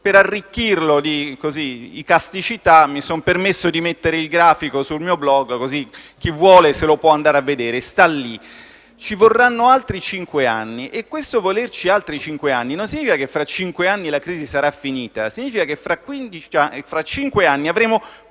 Per arricchirla di icasticità, mi sono permesso di mettere il grafico sul mio *blog* così chi vuole può andare a vederlo, sta lì. Ci vorranno altri cinque anni, e questo non significa che fra cinque anni la crisi sarà finita: significa che fra cinque anni avremo